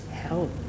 help